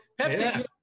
Pepsi